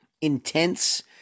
intense